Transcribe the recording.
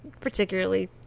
particularly